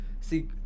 see